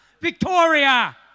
Victoria